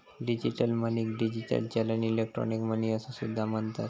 digital मनीक digital चलन, electronic money असो सुद्धा म्हणतत